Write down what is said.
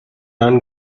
non